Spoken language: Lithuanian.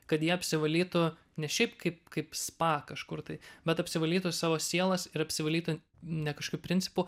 kad jie apsivalytų ne šiaip kaip kaip spa kažkur tai bet apsivalytų savo sielas ir apsivalytų ne kažkokiu principu